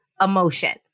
emotion